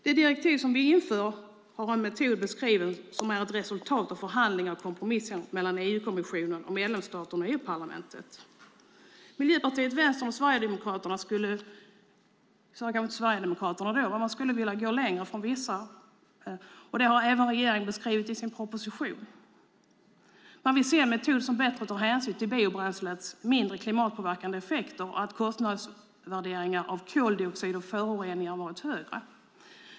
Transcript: Det direktiv som vi inför har en metod beskriven som är ett resultat av förhandlingar och kompromisser mellan EU-kommissionen och medlemsstaterna i EU-parlamentet. Miljöpartiet och Vänstern skulle vilja gå längre, vilket även regeringen har beskrivit i sin proposition. De vill se en metod som bättre tar hänsyn till biobränslets mindre klimatpåverkande effekter och till att kostnadsvärderingen av koldioxid och föroreningar sätts högre.